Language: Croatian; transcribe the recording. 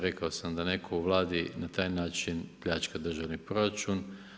Rekao sam, da netko u Vladi na taj način pljačka državni proračun.